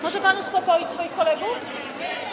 Może pan uspokoić swoich kolegów?